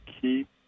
keep